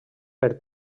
per